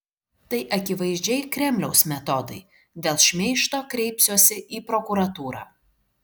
tai akivaizdžiai kremliaus metodai dėl šmeižto kreipsiuosi į prokuratūrą